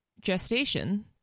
gestation